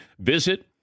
Visit